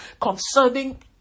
Concerning